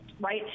right